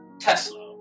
Tesla